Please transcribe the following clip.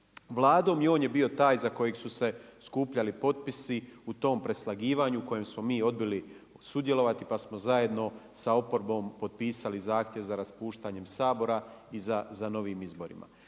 Vladom i on je bio taj za kojeg su se skupljali potpisi u tom preslagivanju u kojem smo mi odbili sudjelovati pa smo zajedno sa oporbom potpisali zahtjev za raspuštanjem Sabora i za novim izborima.